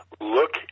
look